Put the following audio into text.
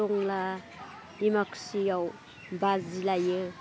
टंला डिमाकुसियाव बाजि लायो